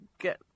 get